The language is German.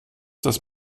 dass